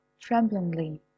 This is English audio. tremblingly